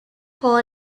hall